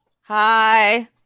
Hi